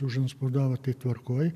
užantspaudavo tai tvarkoj